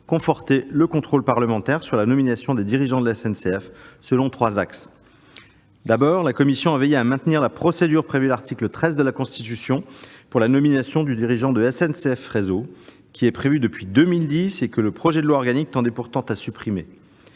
conforter le contrôle parlementaire sur la nomination des dirigeants de la SNCF, selon trois axes. Tout d'abord, la commission a veillé à maintenir la procédure prévue à l'article 13 de la Constitution pour la nomination du dirigeant de SNCF Réseau, qui est prévue depuis 2010 et que le projet de loi organique tendait pourtant à supprimer.